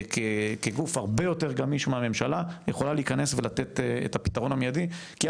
כגוף הרבה יותר גמיש מהממשלה יכולה להיכנס ולתת את הפתרון המיידי כי,